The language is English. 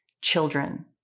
children